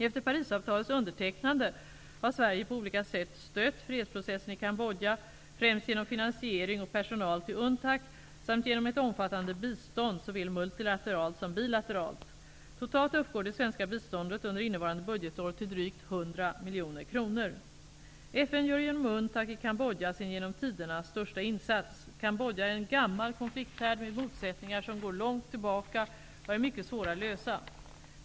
Efter Parisavtalets undertecknande har Sverige på olika sätt stött fredsprocessen i Cambodja, främst genom finansiering och personal till UNTAC samt genom ett omfattande bistånd, såväl multilateralt som bilateralt. Totalt uppgår det svenska biståndet under innevarande budgetår till drygt 100 miljoner kronor. FN gör genom UNTAC i Cambodja sin genom tiderna största insats. Cambodja är en gammal konflikthärd med motsättningar som går långt tillbaka och är mycket svåra att lösa.